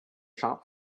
shop